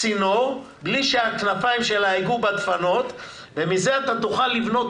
בלי שהכנפיים שלה ייגעו בדפנות ומזה אתה תוכל לבנות